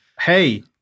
Hey